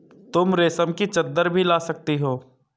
तुम रेशम की चद्दर भी ला सकती हो